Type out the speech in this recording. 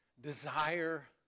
desire